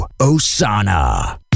Osana